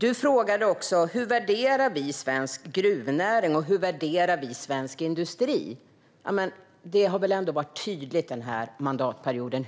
Du frågade också hur vi värderar svensk gruvnäring och svensk industri. Under den här mandatperioden har det väl ändå varit tydligt